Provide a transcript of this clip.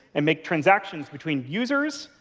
and make transactions between users,